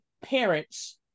parents